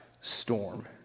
storm